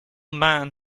man